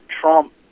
Trump